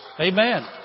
Amen